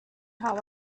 how